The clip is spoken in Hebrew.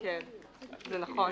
זה נכון.